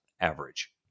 average